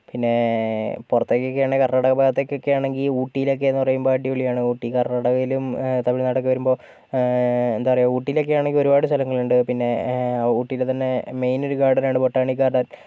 പിന്നേ പുറത്തേക്ക് ഒക്കെയാണെങ്കിൽ കർണ്ണാടക ഭാഗത്തേക്ക് ഒക്കെയാണെങ്കിൽ ഊട്ടിലൊക്കെ എന്നുപറയുമ്പോൾ അടിപൊളിയാണ് ഊട്ടി കർണ്ണാടകയിലും തമിഴ്നാടൊക്കെ വരുമ്പോൾ എന്താ പറയാ ഊട്ടിലൊക്കേയാണെങ്കിൽ ഒരുപാട് സ്ഥലങ്ങളുണ്ട് പിന്നെ ഊട്ടിൽ തന്നെ മെയിൻ ഒരു ഗാർഡനാണ് ബൊട്ടാനിക്ക് ഗാർഡൻ